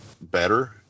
better